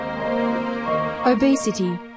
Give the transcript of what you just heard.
Obesity